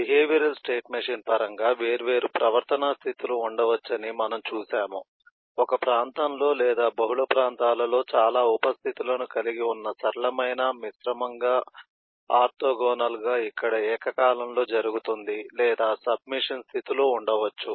behavioural state machine పరంగా వేర్వేరు ప్రవర్తనా స్థితులు ఉండవచ్చని మనము చూశాము ఒక ప్రాంతంలో లేదా బహుళ ప్రాంతాలలో చాలా ఉప స్థితు లను కలిగి ఉన్న సరళమైన మిశ్రమంగా ఆర్తోగోనల్గా ఇక్కడ ఏకకాలంలో జరుగుతుంది లేదా సబ్ మెషీన్ స్థితులు ఉండవచ్చు